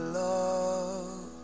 love